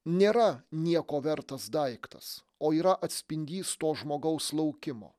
nėra nieko vertas daiktas o yra atspindys to žmogaus laukimo